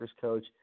coach